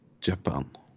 Japan